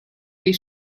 des